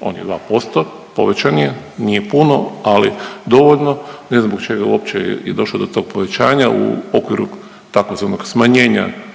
onih 2%, povećan je, nije puno. Ali dovoljno. Ne znam zbog čega je uopće i došlo do tog povećanja u okviru tzv. smanjenja